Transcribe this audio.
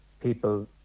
people